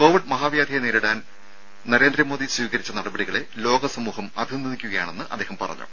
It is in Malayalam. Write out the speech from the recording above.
കോവിഡ് മഹാവ്യാധിയെ നേരിടാൻ നരേന്ദ്രമോദി സ്വീകരിച്ച നടപടികളെ ലോകസമൂഹം അഭിനന്ദിക്കുകയാണെന്ന് അദ്ദേഹം പറഞ്ഞു